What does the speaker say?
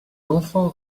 enfant